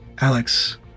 alex